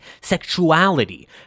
sexuality